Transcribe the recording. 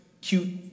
cute